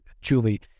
Julie